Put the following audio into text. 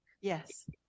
Yes